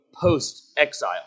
post-exile